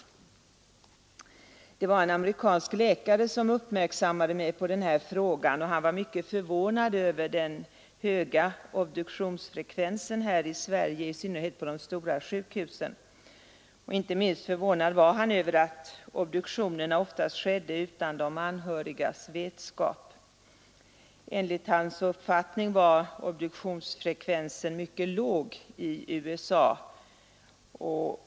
Om medgivande från Det var en amerikansk läkare som uppmärksammade mig på den här anhörig till obduktion av avliden frågan. Han var mycket förvånad över den höga obduktionsfrekvensen här i Sverige, i synnerhet på de stora sjukhusen. Inte minst förvånad var han över att obduktionerna oftast skedde utan de anhörigas vetskap. Enligt hans uppfattning var obduktionsfrekvensen mycket låg i USA.